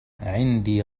عندي